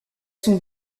sont